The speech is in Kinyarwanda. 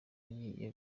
agiye